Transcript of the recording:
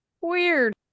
weird